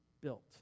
built